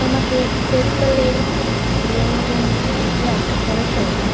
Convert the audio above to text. আমাকে পেপ্যালের লেনদেনের ইতিহাস পড়ে শোনান